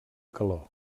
calor